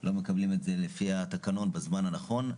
לא מקבלים את זה לפי התקנון בזמן הנכון,